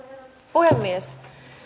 puhemies